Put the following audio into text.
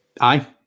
Aye